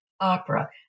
opera